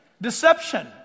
Deception